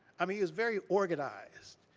i mean, he was very organized.